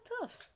tough